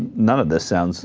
none of the sounds